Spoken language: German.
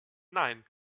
nein